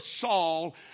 Saul